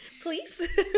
please